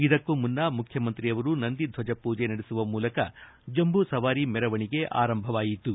ಇದಕ್ಕೂ ಮುನ್ನ ಮುಖ್ಯಮಂತ್ರಿಯವರು ನಂದಿ ಧ್ವಜ ಪೂಜೆ ನಡೆಸುವ ಮೂಲಕ ಜಂಬೂ ಸವಾರಿ ಮೆರವಣಿಗೆ ಆರಂಭವಾಯಿತು